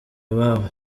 ababo